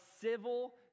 civil